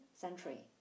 century